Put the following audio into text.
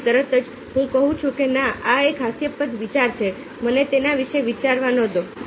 પછી તરત જ હું કહું છું કે ના આ એક હાસ્યાસ્પદ વિચાર છે મને તેના વિશે વિચારવા ન દો